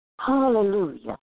Hallelujah